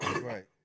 Right